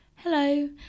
Hello